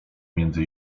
między